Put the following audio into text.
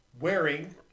wearing